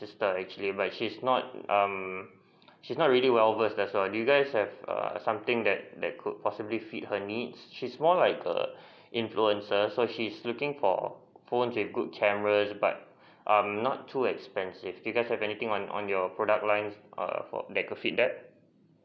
sister actually but she's not um she's not really well versed that's why do you guys have err something that that could possibly fit her needs she's more like a influencer so she's looking for phone with good camera but um not too expensive do you guys have anything on on on your product lines err for that could fit that